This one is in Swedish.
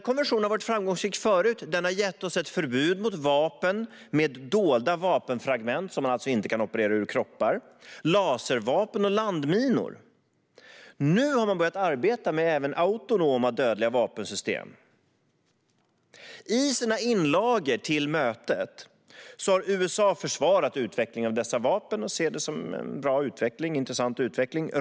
Konventionen har varit framgångsrik förut och gett oss ett förbud mot vapen med dolda vapenfragment, som man alltså inte kan operera ur kroppar, laservapen och landminor. Nu har man börjat arbeta även med autonoma, dödliga vapensystem. I sina inlagor till mötet har USA försvarat utvecklingen av dessa vapen och ser det som en bra och intressant utveckling.